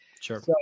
Sure